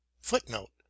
Footnote